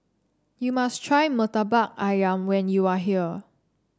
you must try Murtabak ayam when you are here